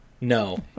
No